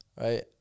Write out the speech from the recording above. Right